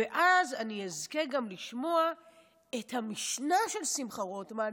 ואז אני אזכה גם לשמוע את המשנה של שמחה רוטמן,